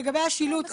לגבי השילוט,